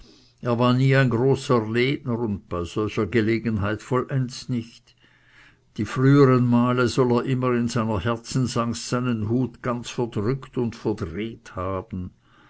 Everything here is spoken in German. er war nie ein großer redner und bei solcher gelegenheit vollends nicht und die frühern male soll er immer in seiner herzensangst seinen hut ganz zerdrückt und verdreht haben